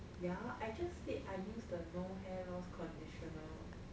ya I just said I use the no hair loss conditioner